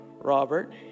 Robert